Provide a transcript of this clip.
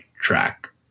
track